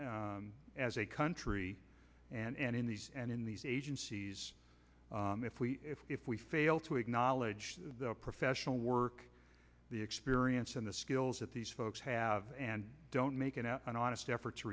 as a country and in these and in these agencies if we if we fail to acknowledge the professional work the experience and the skills that these folks have and don't make an honest effort to